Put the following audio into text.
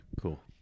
Cool